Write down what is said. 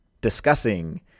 discussing